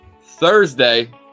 Thursday